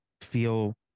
Feel